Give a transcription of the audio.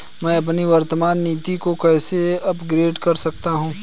मैं अपनी वर्तमान नीति को कैसे अपग्रेड कर सकता हूँ?